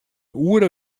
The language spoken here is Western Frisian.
oere